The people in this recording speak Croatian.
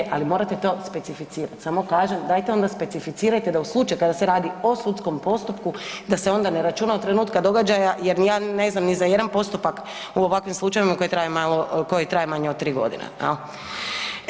Okej, ali morate to specificirati, samo kažem, dajte onda specificirajte, da u slučaju kad se radi o sudskom postupku, da se onda ne računa od trenutka događaja jer ni ja ne znam ni za jedan postupak u ovakvim slučajevima koji traje manje od 3 godine, je li?